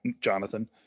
jonathan